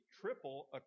triple